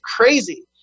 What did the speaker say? crazy